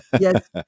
Yes